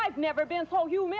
i've never been so humi